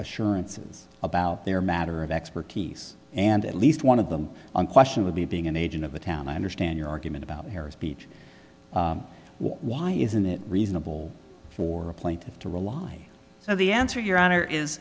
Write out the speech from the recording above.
assurances about their matter of expertise and at least one of them on question would be being an agent of the town i understand your argument about here is beach why isn't it reasonable for a plaintiff to rely so the answer your honor is